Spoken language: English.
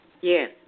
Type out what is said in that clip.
Yes